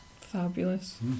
Fabulous